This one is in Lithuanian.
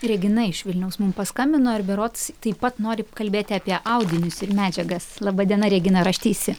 regina iš vilniaus mum paskambino ir berods taip pat nori kalbėti apie audinius ir medžiagas laba diena regina ar aš teisi